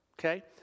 Okay